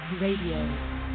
Radio